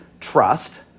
trust